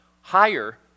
higher